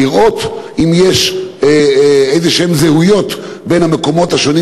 לראות אם יש זהויות כלשהן בין המקומות השונים,